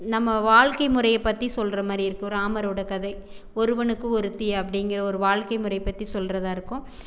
நம்ம வாழ்க்கை முறையை பற்றி சொல்ற மாதிரி இருக்கும் ராமரோட கதை ஒருவனுக்கு ஒருத்தி அப்படிங்கிற ஒரு வாழ்க்கை முறை பத்தி சொல்றதாக இருக்கும்